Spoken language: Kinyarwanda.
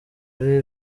ari